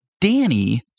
Danny